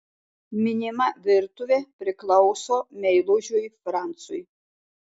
minima virtuvė priklauso meilužiui francui